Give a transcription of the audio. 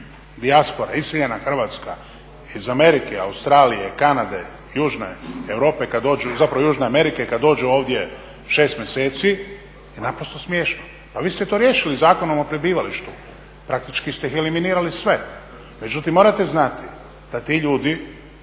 dijaspora, iseljena Hrvatska iz Amerike, Australije, Kanade, Južne Amerike, kad dođu ovdje 6 mjeseci je naprosto smiješno. Pa vi ste to riješili Zakonom o prebivalištu, praktički ste ih eliminirali sve. Međutim morate znati da ti ljudi